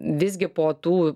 visgi po tų